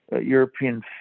European